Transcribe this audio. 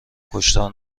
کشتار